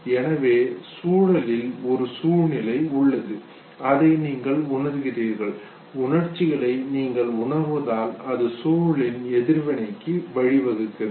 எனவே சூழலில் ஒரு சூழ்நிலை உள்ளது அதை நீங்கள் உணர்கிறீர்கள் உணர்ச்சிகளை நீங்கள் உணர்வதால் அது சூழலின் எதிர்வினைக்கு வழிவகுக்கிறது